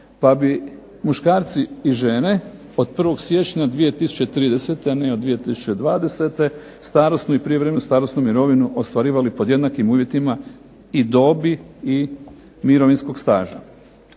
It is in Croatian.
pa bi muškarci i žene od 1. siječnja 2030., a ne od 2020. starosnu i prijevremenu starosnu mirovinu ostvarivali pod jednakim uvjetima i dobi i mirovinskog staža.